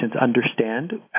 understand